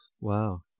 Wow